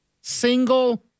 Single